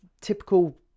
typical